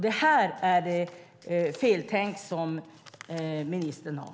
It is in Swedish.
Det är det feltänk som ministern har.